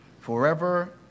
forever